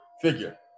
figure